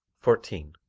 fourteen.